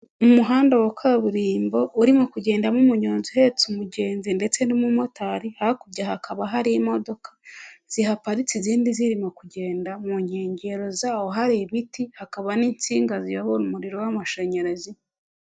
Umuhanda wa kaburimbo urimo kugendamo umunyonzi uhetse umugenzi ndetse n'umumotari hakurya hakaba hari imodoka zihaparitse izindi zirimo kugenda mu nkengero zawo hari ibiti hakaba n'insinga ziyobora umuriro w'amashanyarazi.